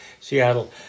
Seattle